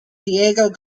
diego